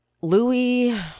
Louis